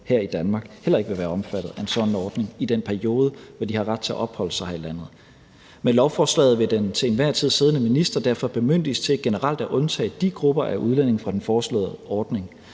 her i Danmark, heller ikke vil være omfattet af en sådan ordning i den periode, hvor de har ret til at opholde sig her i landet. Med lovforslaget vil den til enhver tid siddende minister derfor bemyndiges til generelt at undtage de grupper af udlændinge fra den foreslåede ordning.